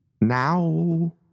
now